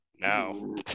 No